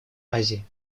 азии